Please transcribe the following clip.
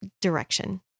direction